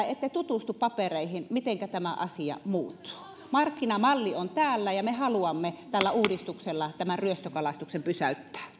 ette tutustu papereihin ja siihen mitenkä tämä asia muuttuu markkinamalli on täällä ja me haluamme tällä uudistuksella tämän ryöstökalastuksen pysäyttää